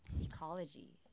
Ecology